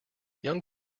young